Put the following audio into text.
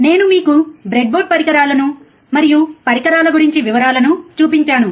నేను మీకు బ్రెడ్బోర్డ్ పరికరాలను మరియు పరికరాల గురించి వివరాలను చూపించాను